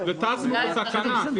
וטסנו בסכנה,